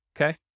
okay